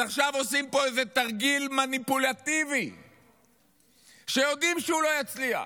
אז עכשיו עושים פה איזה תרגיל מניפולטיבי שיודעים שהוא לא יצליח.